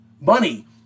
money